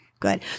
Good